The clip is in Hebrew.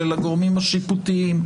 של הגורמים השיפוטיים,